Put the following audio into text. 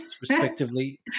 respectively